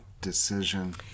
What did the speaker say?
decision